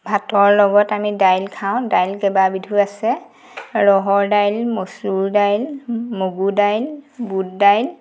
ভাতৰ লগত আমি দাইল খাওঁ দাইল কেইবাবিধো আছে ৰহৰ দাইল মচুৰ দাইল মগু দাইল বুট দাইল